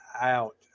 out